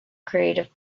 creative